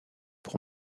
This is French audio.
pour